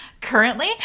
currently